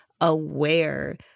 aware